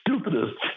stupidest